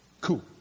Cool